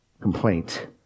complaint